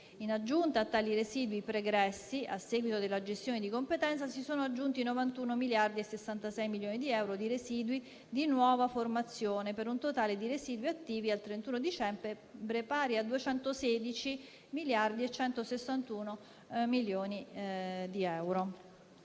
In aggiunta a tali residui pregressi, a seguito della gestione di competenza, si sono aggiunti 91.066 milioni di euro di residui di nuova formazione, per un totale di residui attivi, al 31 dicembre, pari a 216.161 milioni di euro,